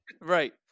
Right